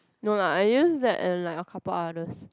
no lah I use that and like a couple others